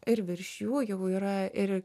ir virš jų jau yra ir